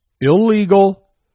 Illegal